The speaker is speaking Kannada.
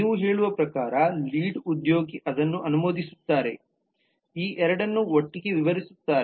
ನೀವು ಹೇಳುವ ಪ್ರಕಾರ ಲೀಡ್ ಉದ್ಯೋಗಿ ಅದನ್ನು ಅನುಮೋದಿಸುತ್ತಾರೆ ಈ ಎರಡನ್ನು ಒಟ್ಟಿಗೆ ವಿವರಿಸುತ್ತಾರೆ